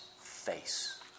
face